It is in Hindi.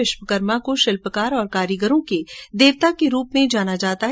विश्वकर्मा को शिल्पकार और कारीगरों के देवता के रूप में जाना जाता है